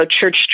church